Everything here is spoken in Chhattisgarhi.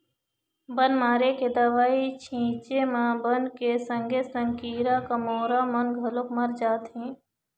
बन मारे के दवई छिंचे म बन के संगे संग कीरा कमोरा मन घलोक मर जाथें